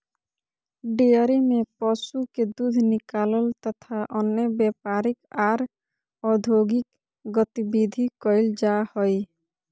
dairy में पशु के दूध निकालल तथा अन्य व्यापारिक आर औद्योगिक गतिविधि कईल जा हई